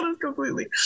completely